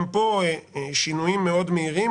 גם פה שינויים מאוד מהירים,